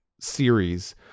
series